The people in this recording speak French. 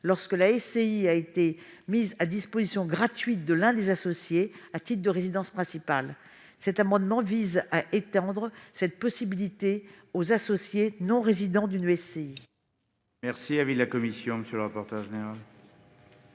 lorsque la SCI a été mise à la disposition gratuite de l'un des associés à titre de résidence principale. Cet amendement vise à étendre cette possibilité aux associés non-résidents d'une SCI.